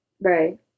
right